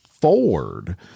Ford